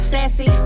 Sassy